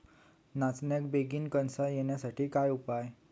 नाचण्याक बेगीन कणसा येण्यासाठी उपाय काय?